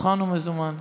מוכן ומזומן.